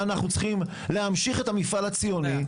ואנחנו צריכים להמשיך את המפעל הציוני.